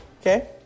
Okay